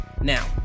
Now